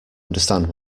understand